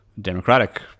Democratic